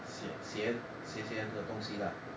邪邪邪的东西 lah